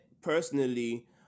personally